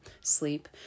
sleep